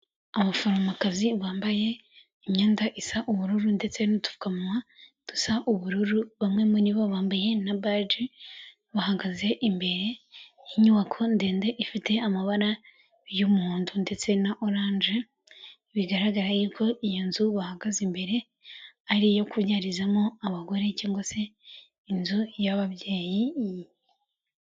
Abaforomokazi bambaye imyenda isa ubururu, ndetse n'uduphukamunwa dusa ubururu, bamwe muri bo bambaye na baji, bahagaze imbere y'inyubako ndende ifite amabara y'umuhondo, ndetse na oranje, bigaragara y'uko iyo nzu bahagaze imbere, ari iyo kubyarizamo abagore, cyangwa se inzu y'ababyeyi...